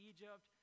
Egypt